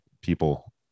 people